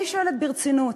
אני שואלת ברצינות,